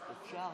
השני.